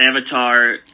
Avatar